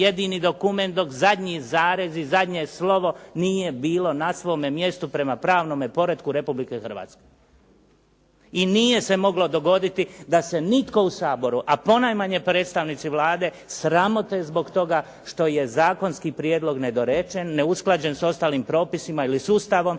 jedini dokument dok zadnji zarez i zadnje slovo nije bilo na svome mjestu prema pravnome poretku Republike Hrvatske. I nije se moglo dogoditi da se nitko u Saboru a ponajmanje predstavnici Vlade sramote zbog toga što je zakonski prijedlog nedorečen, neusklađen s ostalim propisima ili s Ustavom